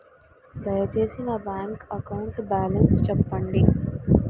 దయచేసి నా bank account balance చెప్పండి